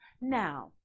Now